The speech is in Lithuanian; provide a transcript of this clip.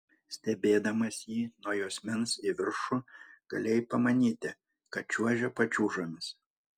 stebėdamas jį nuo juosmens į viršų galėjai pamanyti kad čiuožia pačiūžomis